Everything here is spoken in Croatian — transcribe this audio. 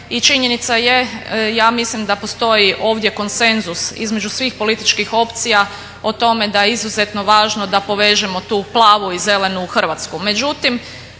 činjenica je, ja mislim da postoji ovdje konsenzus između svih političkih opcija o tome da je izuzetno važno da povežemo tu plavu i zelenu Hrvatsku.